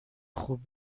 خوب